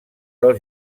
del